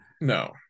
No